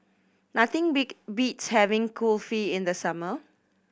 nothing beats having Kulfi in the summer